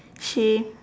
she